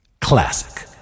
Classic